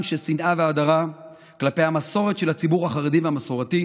של שנאה והדרה כלפי המסורת של הציבור החרדי והמסורתי,